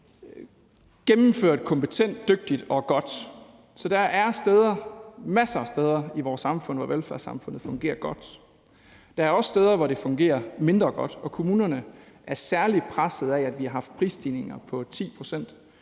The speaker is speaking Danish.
gennemført kompetent, dygtigt og godt. Så der er masser af steder i vores samfund, velfærdssamfundet fungerer godt. Der er også steder, hvor det fungerer mindre godt og kommunerne er særligt presset af, at vi har haft prisstigninger på 10 pct.